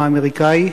האמריקני,